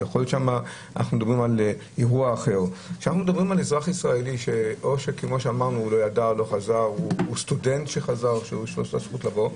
כשאנחנו מדברים על אזרח ישראל שלא ידע או סטודנט שחזר שיש לו זכות לבוא,